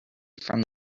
from